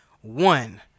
one